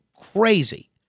crazy